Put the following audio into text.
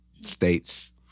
states